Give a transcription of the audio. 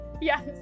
Yes